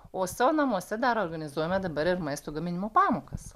o savo namuose dar organizuojame dabar ir maisto gaminimo pamokas